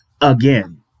again